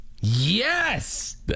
Yes